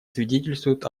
свидетельствует